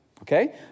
okay